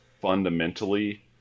fundamentally